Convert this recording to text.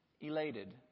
elated